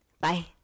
Bye